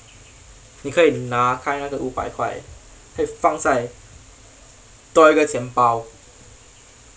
你可以拿开那个五百块可以放在多一个钱包